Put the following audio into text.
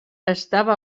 estava